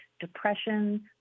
depression